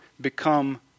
become